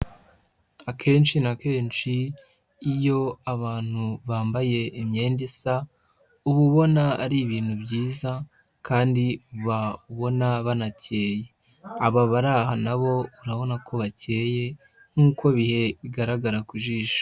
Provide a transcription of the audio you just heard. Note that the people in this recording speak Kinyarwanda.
Akenshi na kenshi iyo abantu bambaye imyenda isa, uba ubona ari ibintu byiza kandi uba ubona banakeye, aba bari aha na bo urabona ko bakeye nk'uko bihe bigaragara ku jisho.